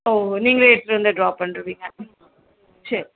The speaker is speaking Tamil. ஓ நீங்களே எடுத்துட்டு வந்து ட்ராப் பண்ணிவிடுவீங்க சரி